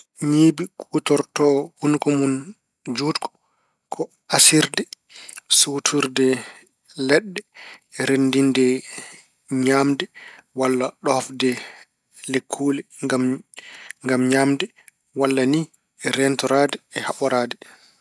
Ñiibi kuutorto hunuko mun juutko ko assirde, sutirde leɗɗe, renndinde ñaamnde walla ɗoofde lekkuule ngam ñaamde walla walla ni reentoraade e haɓoraade.